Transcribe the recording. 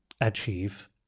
achieve